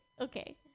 Okay